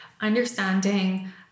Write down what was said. understanding